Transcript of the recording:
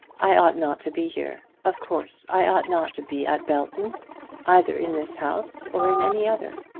i ought not to be here. of course i ought not to be at belton either in this house or in any other.